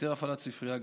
היתר הפעלת ספרייה,